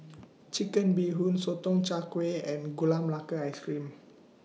Chicken Bee Hoon Sotong Char Kway and Gula Melaka Ice Cream